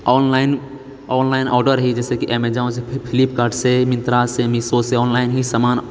online online order ही जैसे कि अमेजनसँ फ्लिपकार्डसँ मिँत्रासँ मीसोसँ ऑनलाइन ही समान